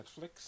Netflix